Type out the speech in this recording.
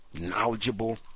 knowledgeable